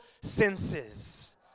senses